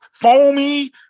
foamy